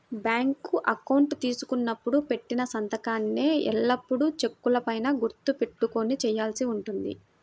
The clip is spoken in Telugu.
బ్యాంకు అకౌంటు తీసుకున్నప్పుడు పెట్టిన సంతకాన్నే ఎల్లప్పుడూ చెక్కుల పైన గుర్తు పెట్టుకొని చేయాల్సి ఉంటుంది